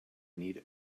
need